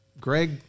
Greg